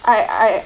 I I